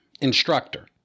instructor